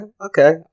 okay